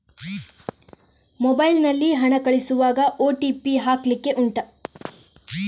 mobile ನಲ್ಲಿ ಹಣ ಕಳಿಸುವಾಗ ಓ.ಟಿ.ಪಿ ಹಾಕ್ಲಿಕ್ಕೆ ಉಂಟಾ